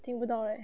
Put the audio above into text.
听不到 right